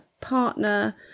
partner